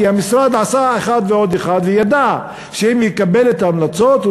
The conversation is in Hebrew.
כי המשרד עשה אחד ועוד אחד וידע שאם הוא יקבל את ההמלצות הוא